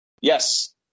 Yes